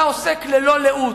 אתה עוסק ללא לאות,